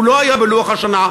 הוא לא היה בלוח השנה,